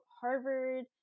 Harvard